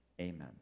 amen